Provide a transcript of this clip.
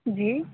جی